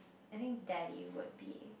I think daddy would be